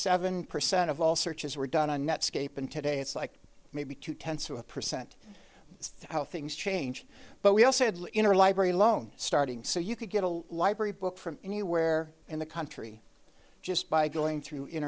seven percent of all searches were done on netscape and today it's like maybe two tenths of a percent it's how things change but we also had an interlibrary loan starting so you could get a library book from anywhere in the country just by going through in